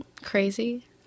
crazy